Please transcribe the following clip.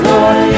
Lord